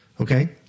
Okay